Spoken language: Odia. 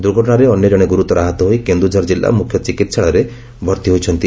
ଦୂର୍ଘଟଣାରେ ଅନ୍ୟ ଜଣେ ଗୁରୁତର ଆହତ ହୋଇ କେନ୍ଦୁଝର ଜିଲ୍ଲା ମୁଖ୍ୟ ଚିକିସ୍ାଳୟରେ ଭର୍ତି ହୋଇଛନ୍ତି